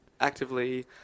actively